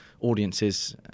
audiences